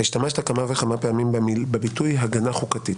השתמשת כמה וכמה פעמים בביטוי הגנה חוקתית.